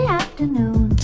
afternoon